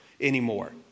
anymore